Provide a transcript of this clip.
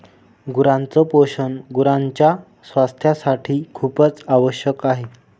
गुरांच पोषण गुरांच्या स्वास्थासाठी खूपच आवश्यक आहे